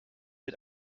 mit